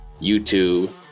YouTube